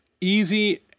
easy